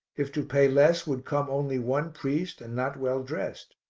if to pay less would come only one priest and not well dressed,